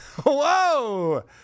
Whoa